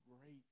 great